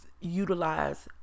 utilize